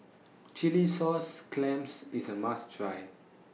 Chilli Sauce Clams IS A must Try